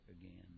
again